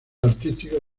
artístico